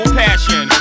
passion